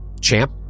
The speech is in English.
Champ